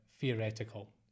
theoretical